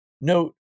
Note